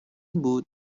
بود